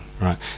right